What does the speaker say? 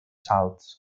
salts